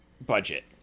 budget